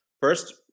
First